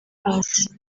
hasi